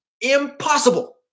impossible